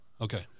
Okay